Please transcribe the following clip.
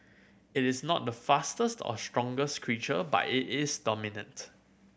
it is not the fastest or strongest creature but it is dominant